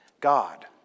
God